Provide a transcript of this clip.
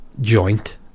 joint